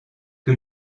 que